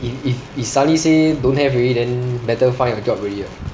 if if if suddenly say don't have already then better find a job already ah